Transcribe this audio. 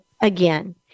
again